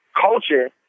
Culture